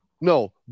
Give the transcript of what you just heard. No